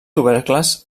tubercles